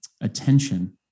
attention